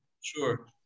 Sure